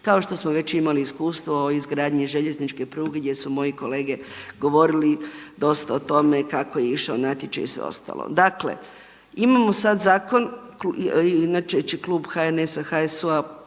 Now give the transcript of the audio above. kao što smo već imali iskustvo o izgradnji željezničke pruge gdje su moji kolege govorili dosta o tome kako je išao natječaj i sve ostalo. Dakle, imamo sad zakon, inače će klub HNS-a, HSU-a